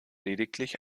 lediglich